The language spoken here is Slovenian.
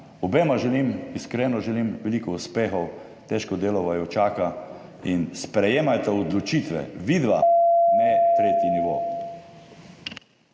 Obema želim, iskreno želim veliko uspehov. Težko delo vaju čaka. In sprejemajte odločitve vidva, ne tretji nivo.